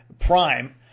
prime